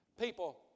People